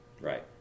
Right